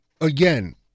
Again